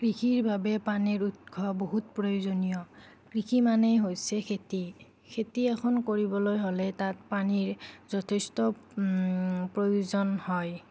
কৃষিৰ বাবে পানীৰ উৎস বহুত প্ৰয়োজনীয় কৃষি মানেই হৈছে খেতি খেতি এখন কৰিবলৈ হ'লে তাত পানীৰ যথেষ্ট প্ৰয়োজন হয়